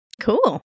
Cool